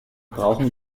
brauchen